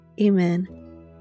Amen